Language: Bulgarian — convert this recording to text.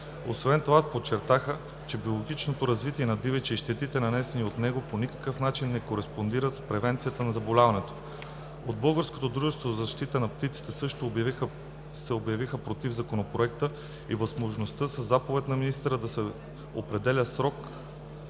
Освен това подчертаха, че биологичното развитие на дивеча и щетите, нанесени от него, по никакъв начин не кореспондират с превенцията на заболяването. От Българското дружество за защита на птиците също се обявиха против Законопроекта и възможността със заповед на министъра да се определят